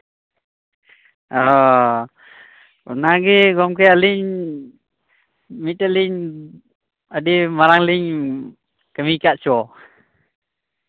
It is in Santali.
ᱚ ᱚᱱᱟᱜᱮ ᱜᱚᱝᱜᱮ ᱟᱹᱞᱤᱧ ᱟᱹᱰᱤ ᱢᱟᱨᱟᱝᱞᱤᱧ ᱠᱟᱹᱢᱤᱭ ᱠᱟᱜ ᱪᱚ